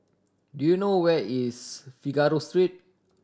do you know where is Figaro Street